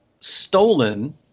stolen